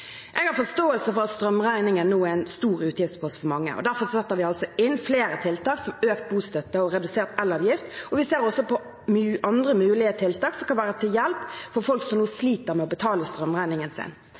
Jeg har forståelse for at strømregningen nå er en stor utgiftspost for mange, og derfor setter vi altså inn flere tiltak, som økt bostøtte og redusert elavgift, og vi ser også på andre mulige tiltak som kan være til hjelp for folk som nå sliter med å betale strømregningen sin.